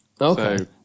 Okay